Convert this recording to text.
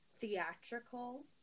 theatrical